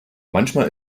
manchmal